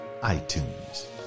iTunes